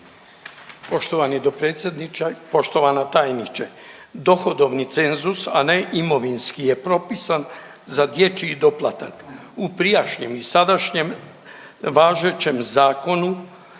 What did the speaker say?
Poštovani dopredsjedniče, poštovana tajniče. Dohodovni cenzus, a ne imovinski je propisan za dječji doplatak u prijašnjem i sadašnjem važećem zakonu